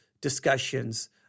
discussions